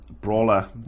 brawler